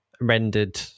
rendered